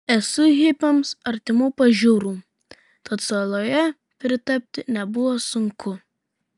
esu hipiams artimų pažiūrų tad saloje pritapti nebuvo sunku